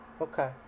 Okay